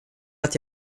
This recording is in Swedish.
att